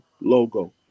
logo